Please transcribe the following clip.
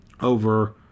Over